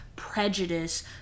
prejudice